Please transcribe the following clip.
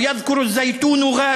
להלן תרגומם: 'לוּ זָכַר הזית מי נטעוֹ